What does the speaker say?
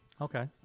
Okay